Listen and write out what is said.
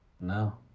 No